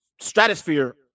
stratosphere